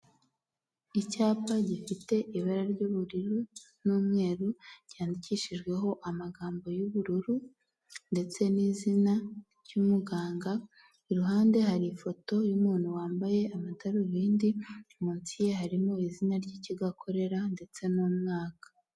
Icyapa gifite ibara ry'ubururu n'umweru cyandikishijweho amagambo y'ubururu ndetse n'izina ry'umuganga iruhande hari ifoto y'umuntu wambaye amadarubindi munsi ye harimo izina ry'ikigokorera ndetse n'umwaka.